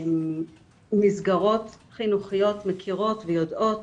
מסגרות חינוכיות מכירות ויודעות